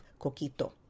coquito